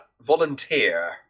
volunteer